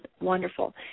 wonderful